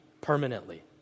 permanently